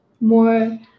more